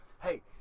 Hey